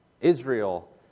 Israel